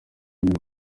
andi